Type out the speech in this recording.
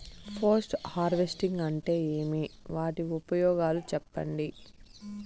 Post harvesting అంటే ఏమి? వాటి ఉపయోగాలు చెప్పండి?